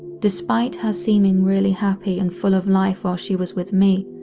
despite her seeming really happy and full of life while she was with me,